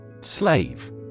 Slave